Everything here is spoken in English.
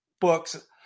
books